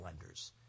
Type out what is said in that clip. lenders